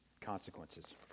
consequences